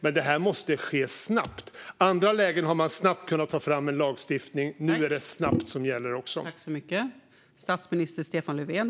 Men det måste ske snabbt. I andra lägen har man snabbt kunnat ta fram en lagstiftning, och nu är det också snabbt som gäller.